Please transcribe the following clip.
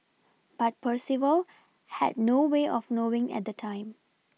but Percival had no way of knowing at the time